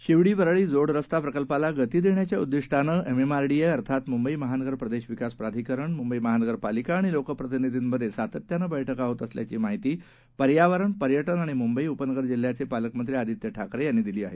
शिवडी वरळी जोड रस्ता प्रकल्पाला गती देण्याच्या उद्दिष्टानं एमएमआरडीए अर्थात मुंबई महानगर प्रदेश विकास प्राधिकरण मुंबई महानगरपालिका आणि लोक प्रतिनिधींमध्ये सातत्यानं बैठका होतं असल्याची माहिती पर्यावरण पर्यटन आणि मुंबई उपनगर जिल्ह्याचे पालकमंत्री आदित्य ठाकरे यांनी दिली आहे